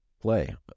play